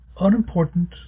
unimportant